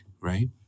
right